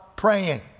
praying